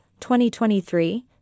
2023